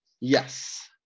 yes